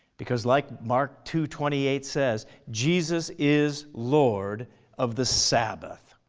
because like mark two twenty eight says, jesus is lord of the sabbath.